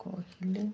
କହିଲେ